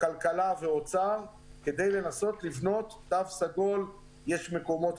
הכלכלה והאוצר כדי לעצב תו סגול מחדש.